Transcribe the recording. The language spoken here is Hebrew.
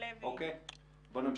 בואו נמשיך.